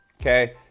okay